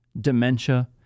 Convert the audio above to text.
dementia